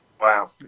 Wow